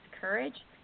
courage